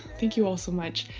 thank you all so much